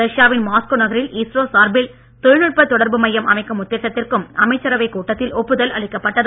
ரஷ்யாவின் மாஸ்கோ நகரில் இஸ்ரோ சார்பில் தொழில்நுட்ப தொடர்பு மையம் அமைக்கும் உத்தேசத்திற்கும் அமைச்சரவை கூட்டத்தில் ஒப்புதல் அளிக்கப்பட்டது